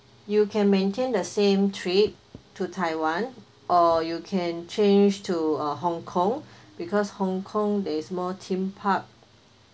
you can maintain the same trip to taiwan or you can change to uh Hong-Kong because Hong-Kong there is more theme park